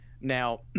now